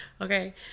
Okay